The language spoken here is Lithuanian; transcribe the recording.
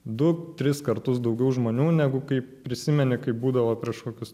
du tris kartus daugiau žmonių negu kaip prisimeni kai būdavo prieš kokius